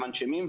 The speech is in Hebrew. מנשמים,